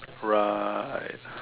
right